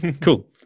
Cool